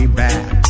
back